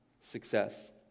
success